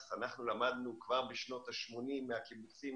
אנחנו למדנו כבר בשנות ה-80 מהקיבוצים.